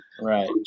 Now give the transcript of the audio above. right